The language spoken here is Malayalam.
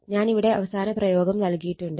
ഞാൻ ഇവിടെ അവസാന പ്രയോഗം നൽകിയിട്ടുണ്ട്